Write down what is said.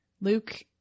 Luke